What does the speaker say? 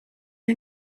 you